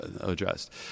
addressed